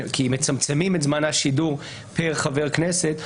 כי מצמצמים את זמן השידור פר חבר כנסת,